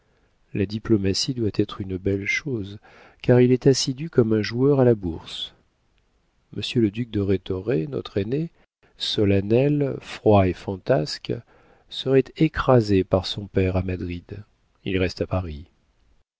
la diplomatie doit être une belle chose car il est assidu comme un joueur à la bourse monsieur le duc de rhétoré notre aîné solennel froid et fantasque serait écrasé par son père à madrid il reste à paris